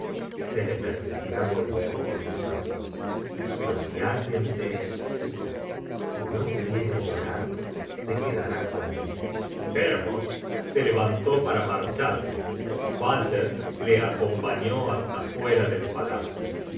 se le permitirá volver con los asios pero si alguien se escusa y no quiere llorar se quedará conmigo hermod se levantó para marcharse balder le acompañó hasta fuera del palacio